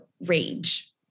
rage